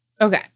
okay